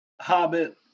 Hobbit